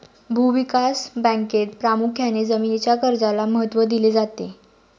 भूविकास बँकेत प्रामुख्याने जमीनीच्या कर्जाला महत्त्व दिले जाते